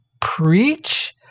preach